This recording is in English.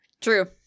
true